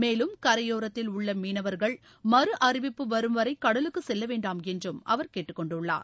மேலம் கரையோரக்கில் உள்ள மீனவர்கள் மறு அறிவிப்பு வரும்வரை கடலுக்குச் செல்ல வேண்டாம் என்றும் அவர் கேட்டுக்கொண்டுள்ளார்